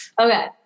Okay